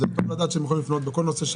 טוב לדעת שיכולים לפנות בכל נושא,